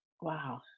wow